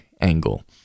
angle